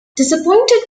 disappointed